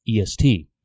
EST